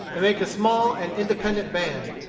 and make a small and independent band.